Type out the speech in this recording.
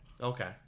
Okay